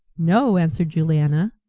no, answered juliana,